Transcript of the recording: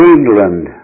England